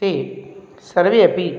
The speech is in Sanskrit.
ते सर्वे अपि